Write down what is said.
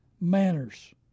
Manners